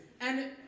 and-